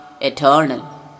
eternal